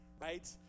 right